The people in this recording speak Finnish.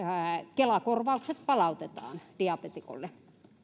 kela korvaukset palautetaan diabeetikoille